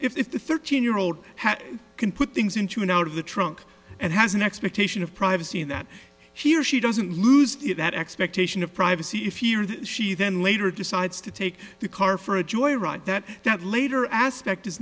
if the thirteen year old can put things into and out of the trunk and has an expectation of privacy that she or she doesn't lose the that expectation of privacy if you she then later decides to take the car for a joyride that that later aspect